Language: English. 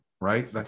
right